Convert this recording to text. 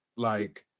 like,